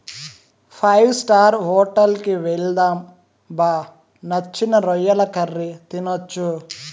five star hotel కి వెళ్దాం బా నచ్చిన రొయ్యల కర్రీ తినొచ్చు